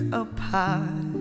apart